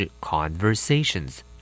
conversations